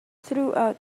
throughout